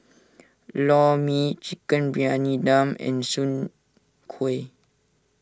Lor Mee Chicken Briyani Dum and Soon Kway